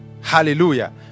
Hallelujah